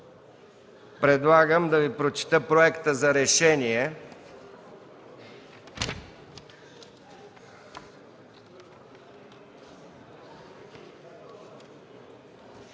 Предлагам да Ви прочета проекта за решение: